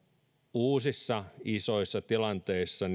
uusissa isoissa tilanteissa